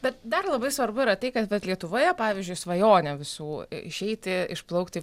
bet dar labai svarbu yra tai kad vat lietuvoje pavyzdžiui svajonė visų išeiti išplaukti į